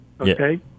Okay